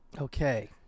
Okay